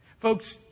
Folks